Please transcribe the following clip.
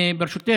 ברשותך,